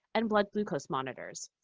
and blood glucose monitors,